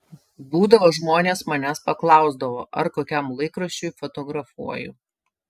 būdavo žmonės manęs paklausdavo ar kokiam laikraščiui fotografuoju